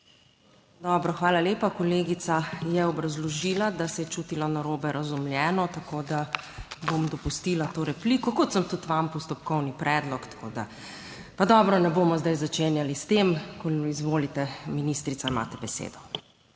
Dobro, hvala lepa. Kolegica je obrazložila, da se je čutila narobe razumljeno, tako da bom dopustila to repliko, kot sem tudi vam postopkovni predlog, tako da, pa dobro, ne bomo zdaj začenjali s tem. Izvolite, ministrica, imate besedo.